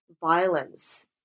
violence